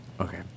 Okay